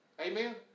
Amen